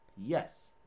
Yes